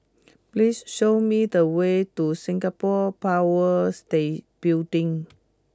please show me the way to Singapore Power state Building